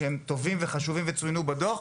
שהם טובים וחשובים וצוינו בדוח.